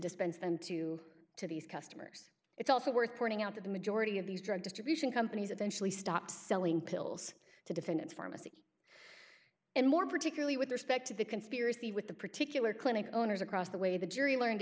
dispense them to to these customers it's also worth pointing out that the majority of these drug distribution companies eventually stop selling pills to defendants pharmacy and more particularly with respect to the conspiracy with the particular clinic owners across the way the jury learned